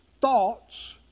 thoughts